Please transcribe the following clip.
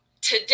today